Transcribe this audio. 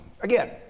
Again